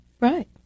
Right